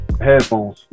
Headphones